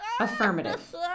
Affirmative